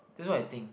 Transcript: that's what I think